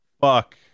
fuck